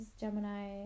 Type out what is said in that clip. gemini